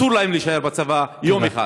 אסור להם להישאר בצבא יום אחד.